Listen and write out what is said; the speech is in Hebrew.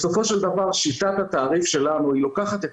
בסופו של דבר שיטת התעריף שלנו לוקחת את